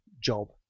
job